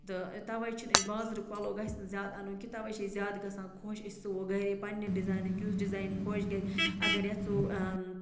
تہٕ تَوَے چھِنہٕ أسۍ بازرُک پَلو گژھِ نہٕ زیادٕ اَنُن کہِ تَوَے چھِ أسۍ زیادٕ گَژھان خۄش أسۍ سُوَو گَرے پَنٛنہِ ڈِزاینُک یُس ڈِزایِن خۄش گژھِ اَگر یَژھو